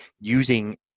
using